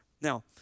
Now